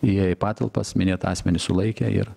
įėję į patalpas minėtą asmenį sulaikė ir